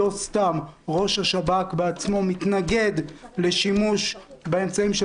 לא סתם ראש השב"כ בעצמו מתנגד לשימוש באמצעים של